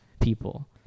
people